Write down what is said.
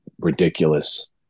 ridiculous